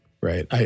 right